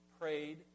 prayed